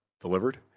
delivered